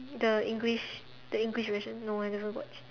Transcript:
the English the English version no I never watch